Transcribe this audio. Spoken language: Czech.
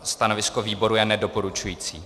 Stanovisko výboru je nedoporučující.